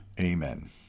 amen